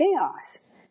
chaos